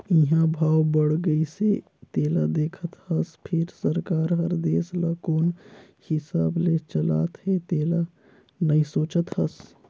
इंहा भाव बड़ गइसे तेला देखत हस फिर सरकार हर देश ल कोन हिसाब ले चलात हे तेला नइ सोचत हस